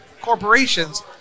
corporations